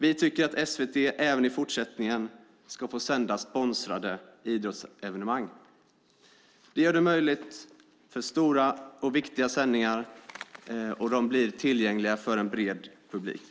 Vi tycker att SVT även i fortsättningen ska få sända sponsrade idrottsevenemang. Det gör det möjligt att stora och viktiga sändningar blir tillgängliga för en bred publik.